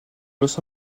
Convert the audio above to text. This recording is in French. los